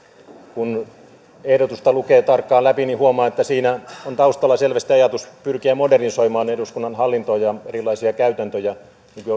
kun ehdotusta lukee tarkkaan läpi niin huomaa että siinä on taustalla selvästi ajatus pyrkiä modernisoimaan eduskunnan hallintoa ja erilaisia käytäntöjä